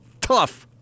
tough